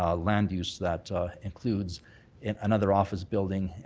ah land use that includes and another office building